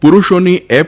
પુરૂષોની એફ